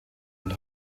und